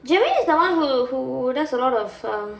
germaine is the [one] who who does a lot of um